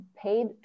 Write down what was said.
paid